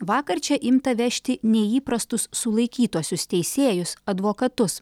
vakar čia imta vežti neįprastus sulaikytuosius teisėjus advokatus